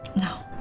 No